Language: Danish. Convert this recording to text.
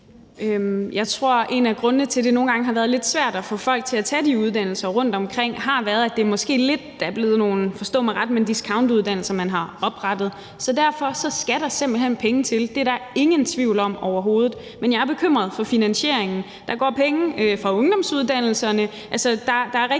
Jeg tror, at en af grundene til, at det nogle gange har været lidt svært at få folk til at tage de uddannelser rundtomkring, har været, at det måske lidt er blevet nogle – forstå mig ret – discountuddannelser, man har oprettet. Derfor skal der simpelt hen penge til. Det er der ingen tvivl om overhovedet. Men jeg er bekymret for finansieringen. Der går penge fra ungdomsuddannelserne.